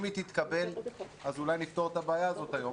אם היא תתקבל, אולי נפתור את הבעיה הזאת היום.